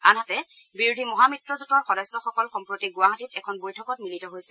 আনহাতে বিৰোধী মহামিত্ৰজোঁটৰ সদস্যসকল সম্প্ৰতি গুৱাহাটীত এখন বৈঠকত মিলিত হৈছে